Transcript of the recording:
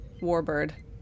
Warbird